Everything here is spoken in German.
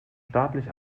staatlich